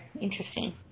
Interesting